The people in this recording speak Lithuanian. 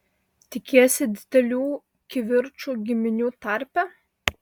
tikiesi didelių kivirčų giminių tarpe